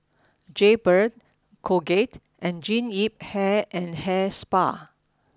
Jaybird Colgate and Jean Yip Hair and Hair Spa